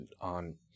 on –